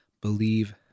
believe